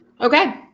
Okay